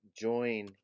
join